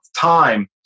time